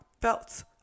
felt